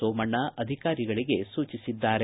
ಸೋಮಣ್ಣ ಅಧಿಕಾರಿಗಳಿಗೆ ಸೂಚಿಸಿದರು